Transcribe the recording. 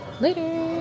later